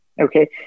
Okay